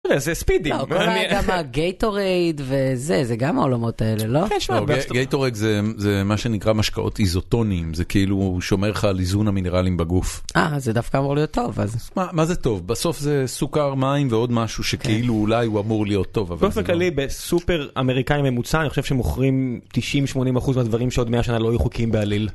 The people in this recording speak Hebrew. זה ספידי. גם גייטורייד וזה, זה גם העולמות האלה, לא? גייטורייד זה מה שנקרא משקאות איזוטונים. זה כאילו שומר לך על איזון המינרלים בגוף. אה, אז זה דווקא אמור להיות טוב. מה זה טוב? בסוף זה סוכר, מים ועוד משהו שכאילו אולי הוא אמור להיות טוב. באופן כללי בסופר אמריקאי ממוצע, אני חושב שמוכרים 90-80% מהדברים שעוד 100 שנה לא יהיו חוקיים בעליל.